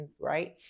right